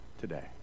today